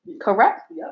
correct